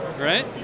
right